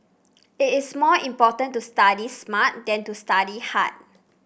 it is more important to study smart than to study hard